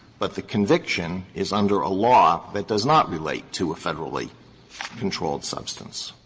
but the conviction is under a law that does not relate to a federally controlled substance?